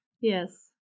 Yes